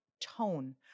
tone